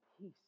peace